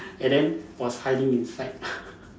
and then was hiding inside